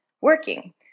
working